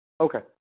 Okay